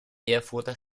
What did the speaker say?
erfurter